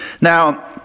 Now